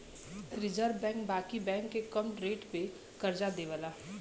reserve bank बाकी bank के कम रेट पे करजा देवेला